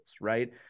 right